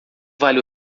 vale